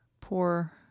poor